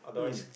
mm